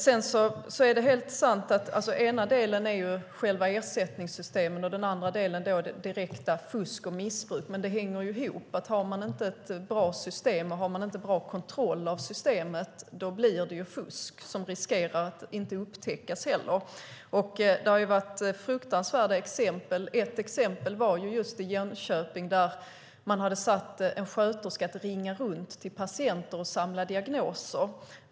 Det är helt sant att den ena delen är själva ersättningssystemen och den andra delen direkt fusk och missbruk. Men det hänger ihop. Har man inte ett bra system med bra kontroll blir det fusk som riskerar att inte upptäckas. Det finns fruktansvärda exempel, bland annat i Jönköping, där man hade satt en sköterska att ringa runt till patienter och samla diagnoser.